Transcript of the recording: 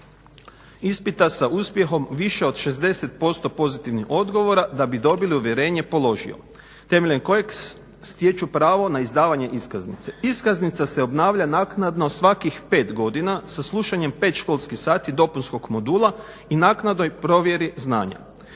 ispita sa uspjehom više od 60% pozitivnih odgovora da bi dobili uvjerenje – položio temeljem kojeg stječu pravo na izdavanje iskaznice. Iskaznica se obnavlja naknadno svakih 5 godina sa slušanjem pet školskih sati dopunskog modula i naknadnoj provjeri znanja.